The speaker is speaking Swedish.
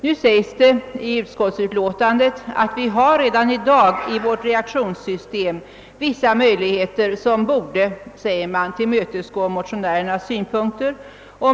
Nu sägs det i utskottsutlåtandet att vi i vårt reaktionssystem redan i dag har vissa möjligheter som borde tillmötesgå motionärernas synpunkter.